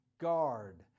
Guard